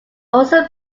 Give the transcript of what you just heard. also